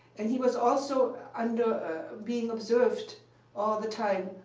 and he was also and being observed all the time,